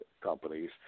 companies